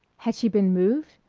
had she been moved?